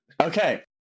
Okay